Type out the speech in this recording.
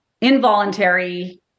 involuntary